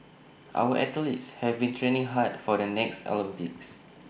our athletes have been training hard for the next Olympics